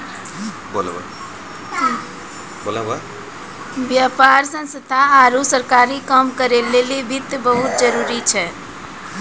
व्यापार संस्थान आरु सरकारी काम करै लेली वित्त बहुत जरुरी छै